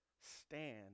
Stand